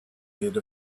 made